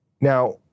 Now